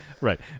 right